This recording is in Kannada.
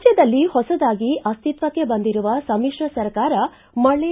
ರಾಜ್ಯದಲ್ಲಿ ಹೊಸದಾಗಿ ಅಸ್ತಿತ್ವಕ್ಕೆ ಬಂದಿರುವ ಸಮಿಶ್ರ ಸರ್ಕಾರ ಮಳೆ